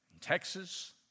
Texas